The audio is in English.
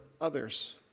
others